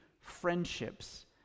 friendships